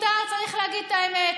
זה מיותר, צריך להגיד את האמת.